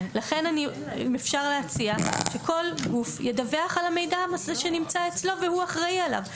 לכן אם אפשר להציע שכל גוף ידווח על המידע שנמצא אצלו והוא אחראי עליו.